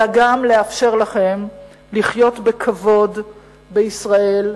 אלא גם לאפשר לכם לחיות בכבוד בישראל,